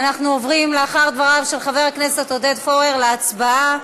אנחנו עוברים לאחר דבריו של חבר הכנסת עודד פורר להצבעה.